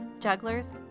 jugglers